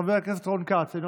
חבר הכנסת אלכס קושניר,